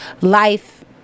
life